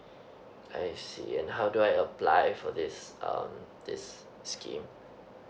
I see and how do I apply for this um this scheme